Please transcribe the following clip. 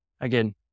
again